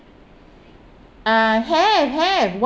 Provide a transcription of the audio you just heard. uh have have